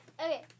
Okay